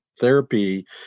therapy